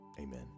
Amen